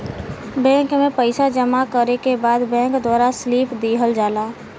bank में पइसा जमा करे के बाद बैंक द्वारा स्लिप दिहल जाला